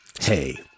hey